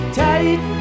tight